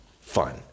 fun